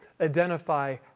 identify